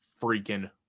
freaking